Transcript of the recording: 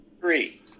Three